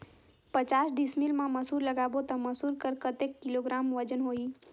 पचास डिसमिल मा मसुर लगाबो ता मसुर कर कतेक किलोग्राम वजन होही?